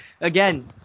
Again